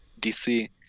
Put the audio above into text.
dc